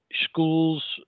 schools